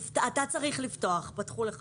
אני רוצה להרים דגל אדום בתקווה שלא יהפוך